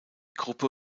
gruppe